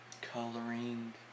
coloring